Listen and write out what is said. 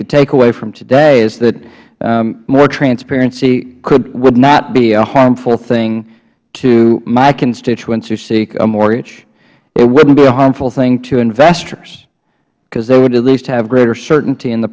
the takeaway from today is that more transparency would not be a harmful thing to my constituents who seek a mortgage it wouldn't be a harmful thing to investors because they would at least have greater certainty in the